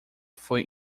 foi